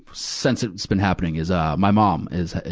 since it's been happening is, ah, my mom is, ah,